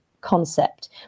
concept